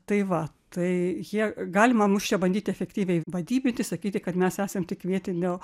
tai va tai jie galima mus čia bandyti efektyviai vadybinti sakyti kad mes esam tik vietinio